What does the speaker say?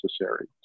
necessary